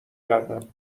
کردم